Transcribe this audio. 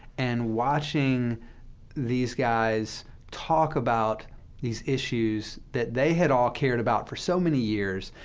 and watching these guys talk about these issues that they had all cared about for so many years.